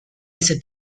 ese